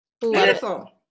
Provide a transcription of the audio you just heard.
Beautiful